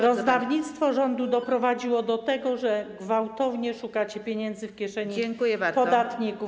Rozdawnictwo rządu doprowadziło do tego, że gwałtownie szukacie pieniędzy w kieszeni podatników.